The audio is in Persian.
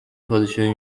پادشاهی